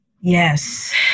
Yes